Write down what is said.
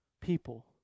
people